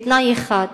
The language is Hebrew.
בתנאי אחד,